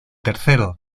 tercero